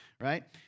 right